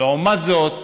לעומת זאת,